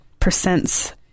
percents